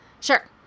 Sure